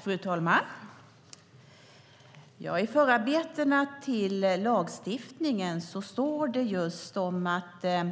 Fru talman! I förarbetena till lagstiftningen står det att